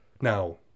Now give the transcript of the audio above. Now